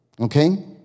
Okay